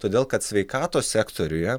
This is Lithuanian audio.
todėl kad sveikatos sektoriuje